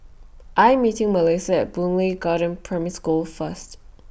I Am meeting Mellissa At Boon Lay Garden Primary School First